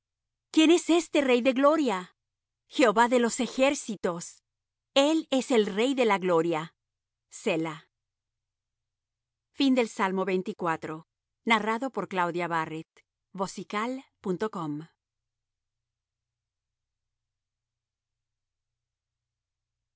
quién es este rey de gloria jehová de los ejércitos el es el rey de la gloria